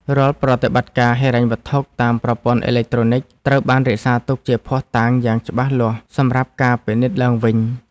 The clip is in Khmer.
រាល់ប្រតិបត្តិការហិរញ្ញវត្ថុតាមប្រព័ន្ធអេឡិចត្រូនិកត្រូវបានរក្សាទុកជាភស្តតាងយ៉ាងច្បាស់លាស់សម្រាប់ការពិនិត្យឡើងវិញ។